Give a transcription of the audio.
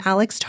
Alex